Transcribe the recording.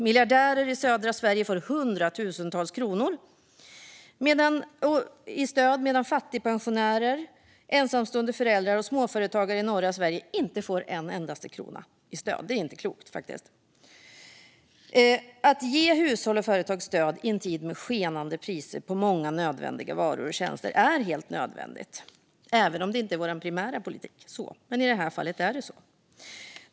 Miljardärer i södra Sverige får hundratusentals kronor i stöd medan fattigpensionärer, ensamstående föräldrar och småföretagare i norra Sverige inte får en endaste krona i stöd. Det är faktiskt inte klokt. Att ge hushåll och företag stöd är inte vår primära politik, men i en tid med skenande priser på många nödvändiga varor och tjänster är det helt nödvändigt.